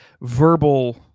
verbal